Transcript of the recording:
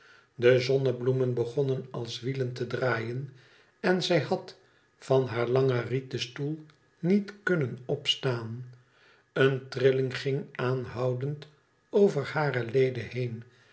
de zonnebloemen begonnen als wielen te draaien en zij had van haar langen rieten stoel niet kunnen opstaan een trilling ging aanhoudend over hare leden heen